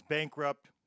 bankrupt